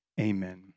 Amen